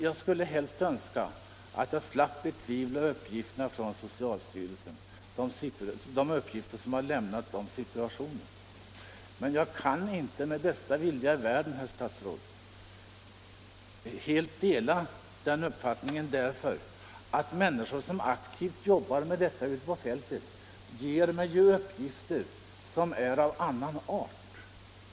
Jag skulle önska att jag slapp betvivla de uppgifter om situationen som har lämnats av socialstyrelsen. Men jag kan, herr statsråd, inte med bästa vilja i världen helt göra det, när människor som jobbar aktivt ute på fältet ger mig uppgifter av annan art.